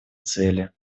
цели